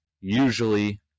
usually